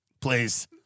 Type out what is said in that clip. please